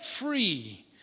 free